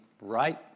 right